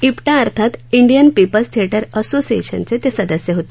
इप्टा अर्थात Indian people's theatre असोसिएशनचे ते सदस्य होते